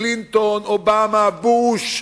קלינטון, אובמה, בוש,